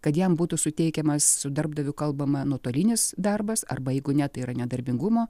kad jam būtų suteikiamas su darbdaviu kalbama nuotolinis darbas arba jeigu ne tai yra nedarbingumo